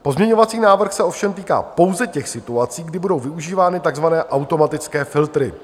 Pozměňovací návrh se ovšem týká pouze těch situací, kdy budou využívány takzvané automatické filtry.